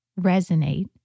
resonate